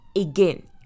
again